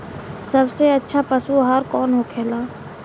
सबसे अच्छा पशु आहार कौन होखेला?